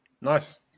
Nice